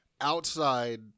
outside